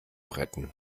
retten